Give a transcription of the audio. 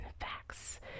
facts